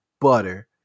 butter